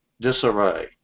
disarray